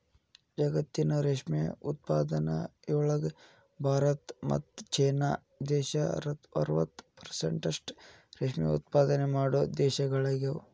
ಜಗತ್ತಿನ ರೇಷ್ಮೆ ಉತ್ಪಾದನೆಯೊಳಗ ಭಾರತ ಮತ್ತ್ ಚೇನಾ ದೇಶ ಅರವತ್ ಪೆರ್ಸೆಂಟ್ನಷ್ಟ ರೇಷ್ಮೆ ಉತ್ಪಾದನೆ ಮಾಡೋ ದೇಶಗಳಗ್ಯಾವ